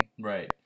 Right